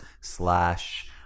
slash